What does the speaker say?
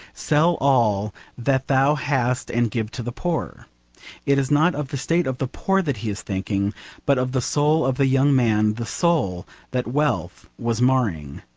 sell all that thou hast and give to the poor it is not of the state of the poor that he is thinking but of the soul of the young man, the soul that wealth was marring.